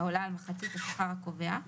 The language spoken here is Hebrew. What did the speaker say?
העולה על מחצית השכר הקובע,